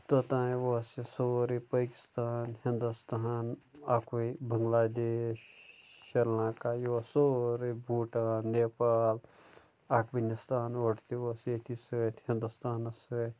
توٚتانۍ اوس یہِ سورُے پٲکِستان ہِنٛدوستان اَکُے بَنٛگلادیش شِری لنٛکا یہِ اوس سورُے بھوٗٹان نیپال اَفغٲنِستان اوڑٕ تہِ اوس ییٚتھی سۭتۍ ہِنٛدوستانَس سۭتۍ